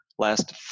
last